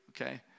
Okay